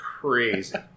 crazy